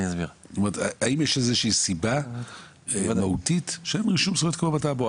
האם יש איזושהי סיבה מהותית שאין רישום זכויות כמו בטאבו,